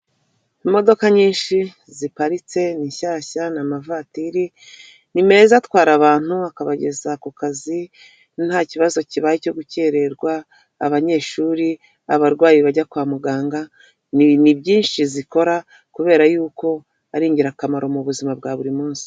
Imodoka nyinshi ziparitse ni shyashya ni amavatiri ni meza atwara abantu, akabageza ku kazi ntakibazo kibaye cyo gukererwa, abanyeshuri, abarwayi bajya kwa muganga, ni byinshi zikora kubera yuko ari ingirakamaro mu buzima bwa buri munsi.